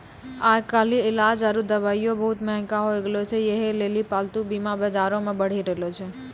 आइ काल्हि इलाज आरु दबाइयै बहुते मंहगा होय गैलो छै यहे लेली पालतू बीमा बजारो मे बढ़ि रहलो छै